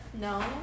No